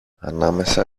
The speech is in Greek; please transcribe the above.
ανάμεσα